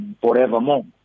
forevermore